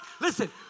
listen